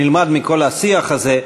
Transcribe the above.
שנלמד מכל השיח הזה,